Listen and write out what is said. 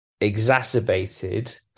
exacerbated